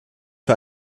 für